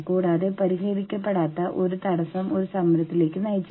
generate ചെയ്യുന്ന ലാഭത്തിന്റെ ഒരു ഭാഗം നിങ്ങൾക്ക് ലഭിക്കുന്നു